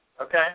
Okay